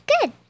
Good